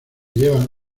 llevan